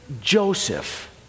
Joseph